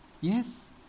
Yes